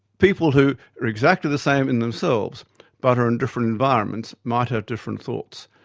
people who are exactly the same in themselves but are in different environments, might have different thoughts.